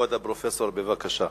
כבוד הפרופסור, בבקשה.